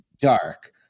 dark